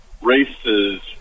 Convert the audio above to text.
races